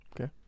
Okay